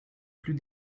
plus